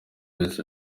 wese